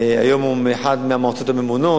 היום הוא באחת מהמועצות הממונות,